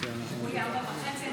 מתחייב אני תודה רבה לכם, ברכות.